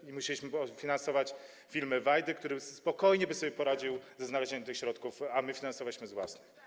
I musieliśmy finansować filmy Wajdy, który spokojnie by sobie poradził ze znalezieniem tych środków, a my finansowaliśmy z własnych.